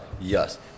yes